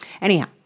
anyhow